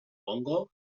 congo